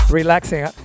Relaxing